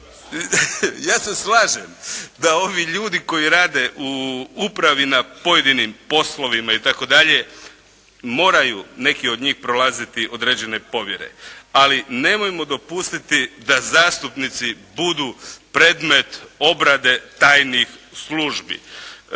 Ja se slažem da ovi ljudi koji rade u upravi na pojedinim poslovima itd. moraju neki od njih prolaziti određene provjere, ali nemojmo dopustiti da zastupnici budu predmet obrade tajnih službi.